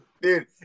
dude